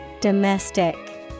Domestic